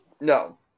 No